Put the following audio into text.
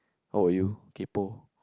how about you kaypo